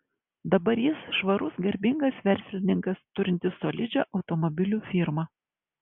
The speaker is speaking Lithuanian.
dabar jis švarus garbingas verslininkas turintis solidžią automobilių firmą